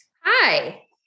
Hi